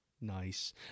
nice